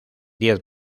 diez